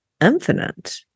infinite